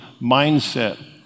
mindset